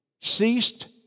ceased